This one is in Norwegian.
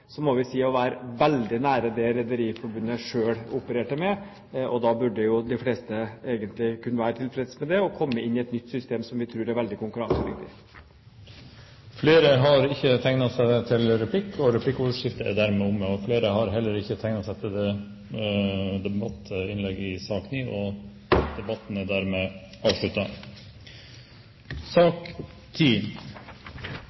så må vi si at vi er veldig nær det Rederiforbundet selv opererte med. Da burde de fleste egentlig kunne være tilfreds med å komme inn i et nytt system som vi tror er veldig konkurransedyktig. Replikkordskiftet er omme. Flere har ikke bedt om ordet til sak nr. 9. Etter ønske fra næringskomiteen vil presidenten foreslå at taletiden begrenses til 40 minutter og fordeles med inntil 5 minutter til hvert parti og inntil 5 minutter til